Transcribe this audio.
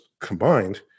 combined